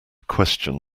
question